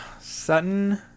Sutton